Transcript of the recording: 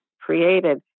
created